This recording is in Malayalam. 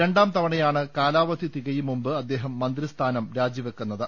രണ്ടാം തവണയാണ് കാലാവധി തികയും മുമ്പ് അദ്ദേഹം മന്ത്രിസ്ഥാനം രാജി വെക്കു ന്നത്